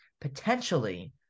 potentially